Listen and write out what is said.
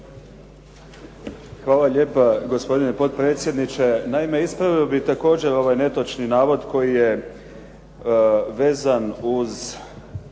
Hvala lijepa gospodine potpredsjedniče. Naime, ispravio bih također netočni navod koji je vezan uz